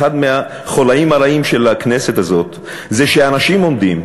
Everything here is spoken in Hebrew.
אחד מהחוליים הרעים של הכנסת הזאת זה שאנשים עומדים,